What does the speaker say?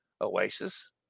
Oasis